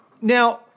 now